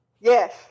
Yes